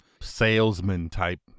salesman-type